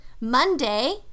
Monday